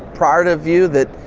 prior to view that,